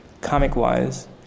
comic-wise